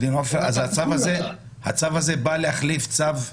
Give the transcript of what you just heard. הצו הזה בא להחליף צו קודם?